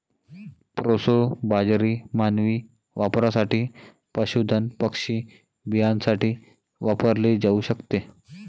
proso बाजरी मानवी वापरासाठी, पशुधन पक्षी बियाण्यासाठी वापरली जाऊ शकते